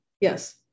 Yes